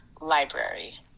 library